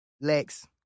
Lex